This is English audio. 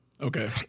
Okay